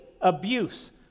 abuse